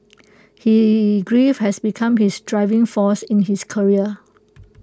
he grief has become his driving force in his career